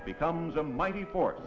it becomes a mighty for